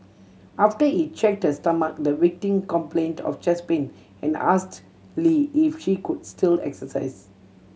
after he checked her stomach the complained of chest pain and asked Lee if she could still exercise